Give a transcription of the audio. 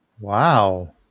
Wow